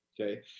okay